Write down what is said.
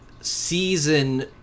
season